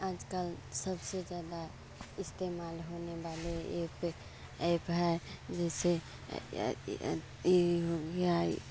आजकल सबसे ज्यादा इस्तेमाल होने वाले एप एप है जैसे ये हो गया